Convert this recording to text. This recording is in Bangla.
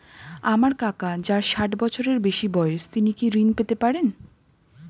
আমার কাকা যার ষাঠ বছরের বেশি বয়স তিনি কি ঋন পেতে পারেন?